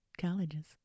colleges